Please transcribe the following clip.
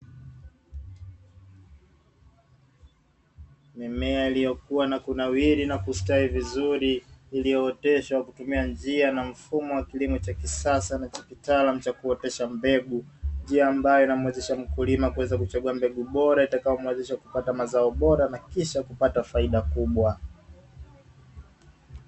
Mimea iliyokua na kunawiri na kustawi vizuri, iliyooteshwa kutumia njia na mfumo wa kilimo cha kisasa na cha kitaalamu cha kuotesha mbegu, njia ambayo inamwezesha mkulima kuweza kuchagua mbegu bora, itakayomuwezesha kupata mazao bora na kisha kupata faida kubwa.